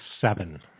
Seven